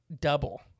double